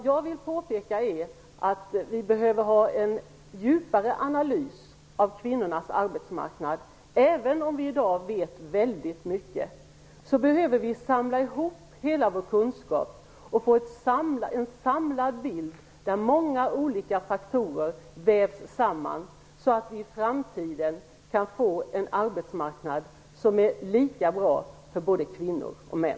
Jag vill påpeka att vi behöver ha en djupare analys av kvinnornas arbetsmarknad. Även om vi i dag vet väldigt mycket behöver vi samla ihop hela vår kunskap och få en samlad bild där många olika faktorer vävs samman så att vi i framtiden kan få en arbetsmarknad som är lika bra för både kvinnor och män.